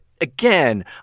again